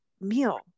meal